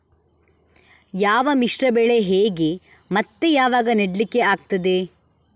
ಯಾವ ಮಿಶ್ರ ಬೆಳೆ ಹೇಗೆ ಮತ್ತೆ ಯಾವಾಗ ನೆಡ್ಲಿಕ್ಕೆ ಆಗ್ತದೆ?